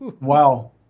Wow